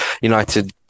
United